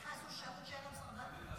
--- הכול הפך להיות שלילי אצלם.